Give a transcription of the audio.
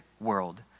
world